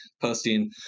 posting